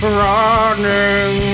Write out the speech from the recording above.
running